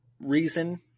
reason